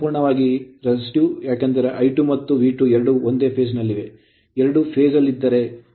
ಇದು ಸಂಪೂರ್ಣವಾಗಿ ಪ್ರತಿರೋಧಕವಾಗಿದ್ದರೆ ಪ್ರಸ್ತುತ I2 ಮತ್ತು V2 ಎರಡೂ ಒಂದೇ phase ಲ್ಲಿವೆ